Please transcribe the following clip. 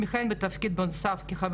אגב חיפה, זה לא איזה משהו קטן.